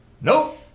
Nope